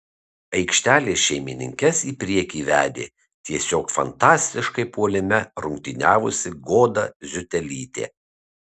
aikštelės šeimininkes į priekį vedė tiesiog fantastiškai puolime rungtyniavusi goda ziutelytė